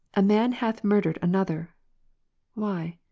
a man hath mur dered another why?